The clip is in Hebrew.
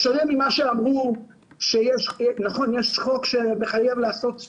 בשונה ממה שאמרו, שיש חוק שמחייב לעשות הנגשה,